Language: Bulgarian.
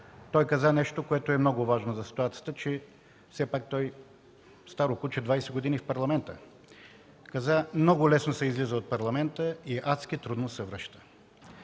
който каза нещо, което е много важно за ситуацията – все пак той е старо куче, двадесет години е в Парламента. Той каза: „Много лесно се излиза от Парламента и адски трудно се връща”.